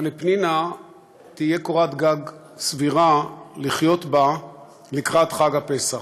אבל לפנינה תהיה קורת גג סבירה לקראת חג הפסח.